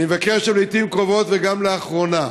אני מבקר שם לעיתים קרובות וגם לאחרונה.